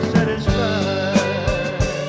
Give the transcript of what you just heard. Satisfied